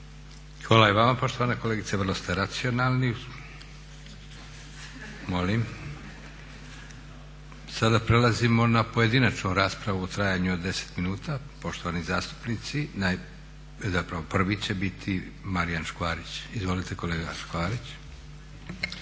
Hvala i vama poštovana kolegice, vrlo ste racionalni. Sada prelazimo na pojedinačnu raspravu u trajanju od 10 minuta. Prvi će biti Marijan Škvarić, izvolite kolega. **Škvarić,